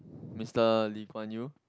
Mister Lee Kuan Yew